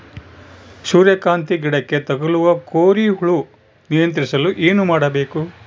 ಸೂರ್ಯಕಾಂತಿ ಗಿಡಕ್ಕೆ ತಗುಲುವ ಕೋರಿ ಹುಳು ನಿಯಂತ್ರಿಸಲು ಏನು ಮಾಡಬೇಕು?